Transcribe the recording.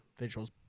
visuals